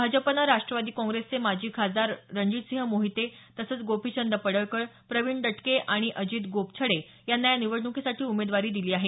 भाजपनं राष्ट्रवादी काँग्रेसचे माजी खासदार रणजितसिंह मोहिते तसंच गोपिचंद पडळकर प्रवीण दटके आणि अजित गोपछडे यांना या निवडणुकीसाठी उमेदवारी दिली आहे